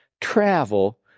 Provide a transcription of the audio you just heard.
travel